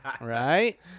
Right